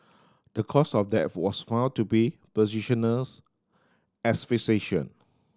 the cause of death was found to be positional asphyxiation